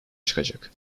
çıkacak